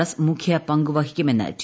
S മുഖ്യ പങ്കുവഹിക്കുമെന്ന് T